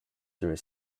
through